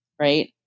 Right